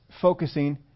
focusing